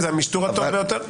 זה המשטור הטוב ביותר.